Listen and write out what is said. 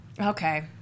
Okay